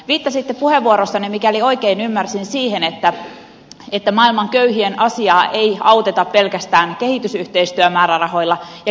viittasitte puheenvuorossanne mikäli oikein ymmärsin siihen että maailman köyhien asiaa ei auteta pelkästään kehitysyhteistyömäärärahoilla ja kehityspolitiikalla